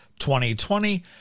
2020